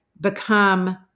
become